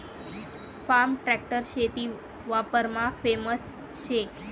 form tractor शेती वापरमा famous शे